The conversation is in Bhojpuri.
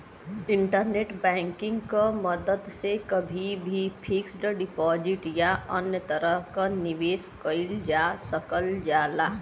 इंटरनेट बैंकिंग क मदद से कभी भी फिक्स्ड डिपाजिट या अन्य तरह क निवेश कइल जा सकल जाला